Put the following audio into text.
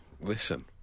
listen